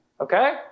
okay